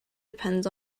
depends